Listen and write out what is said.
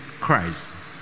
Christ